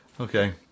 Okay